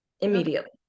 immediately